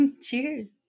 Cheers